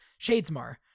Shadesmar